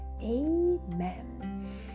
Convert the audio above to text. Amen